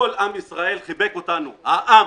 כל עם ישראל חיבק אותנו, העם